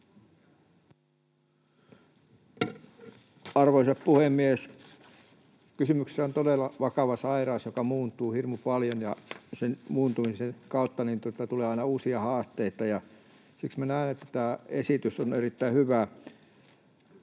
Arvoisa puhemies! Kysymyksessä on todella vakava sairaus, joka muuntuu hirmu paljon, ja sen muuntumisen kautta tulee aina uusia haasteita, ja siksi minä näen, että tämä esitys on erittäin hyvä.